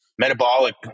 Metabolic